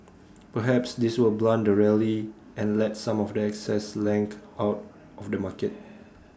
perhaps this will blunt the rally and let some of the excess length out of the market